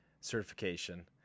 certification